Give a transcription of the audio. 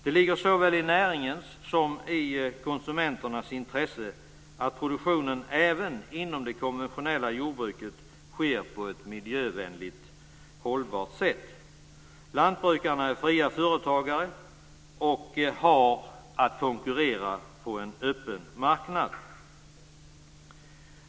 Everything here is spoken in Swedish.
Det ligger såväl i näringens som i konsumenternas intresse att produktionen även inom det konventionella jordbruket sker på ett miljömässigt hållbart sätt. Lantbrukarna är fria företagare och har att konkurrera på en öppen marknad.